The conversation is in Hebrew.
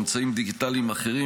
אמצעים דיגיטליים אחרים,